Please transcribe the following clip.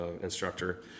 instructor